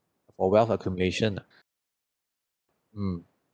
for wealth accumulation ah mm